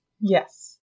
Yes